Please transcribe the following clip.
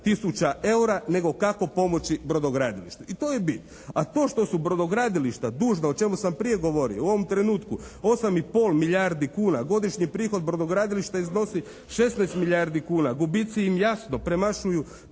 tisuća eura nego kako pomoći brodogradilištu. I to je bit. A to što su brodogradilišta dužna o čemu sam prije govorio u ovom trenutku 8 i pol milijardi kuna, godišnji prihod brodogradilišta iznosi 16 milijardi kuna. Gubici im jasno premašuju